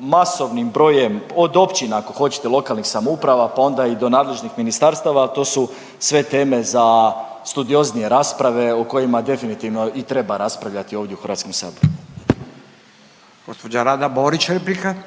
masovnim brojem od općina ako hoćete lokalnih samouprava pa onda i do nadležnih ministarstava, al to su sve teme za studioznije rasprave o kojima definitivno i treba raspravljati ovdje u Hrvatskom saboru. **Radin, Furio